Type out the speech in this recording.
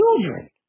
children